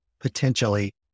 potentially